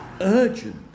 urgent